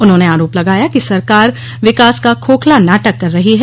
उन्होंने आरोप लगाया कि सरकार विकास का खोखला नाटक कर रही है